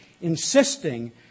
insisting